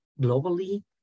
globally